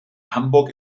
hamburg